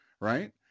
right